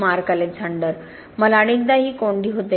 mark Alexander मला अनेकदा ही कोंडी होते